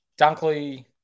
Dunkley